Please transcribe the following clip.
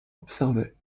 observait